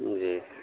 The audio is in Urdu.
جی